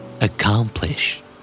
Accomplish